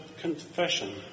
confession